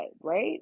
right